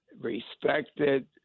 respected